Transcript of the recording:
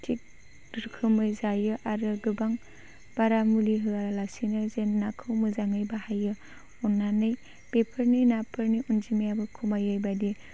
थिग रोखोमै जायो आरो गोबां बारा मुलि होआ लासिनो जेन नाखौ मोजाङै बाहायो अननानै बेफोरनि नाफोरनि अनजिमायाबो खमायै बायदि